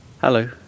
Hello